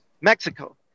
Mexico